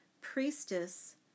priestess